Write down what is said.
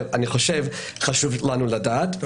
אני חושב שחשוב לנו לדעת את זה.